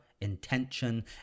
intention